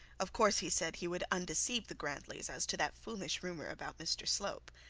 of course, he said, he would undeceive the grantlys as to that foolish rumour about mr slope.